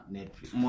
Netflix